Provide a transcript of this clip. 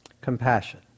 compassion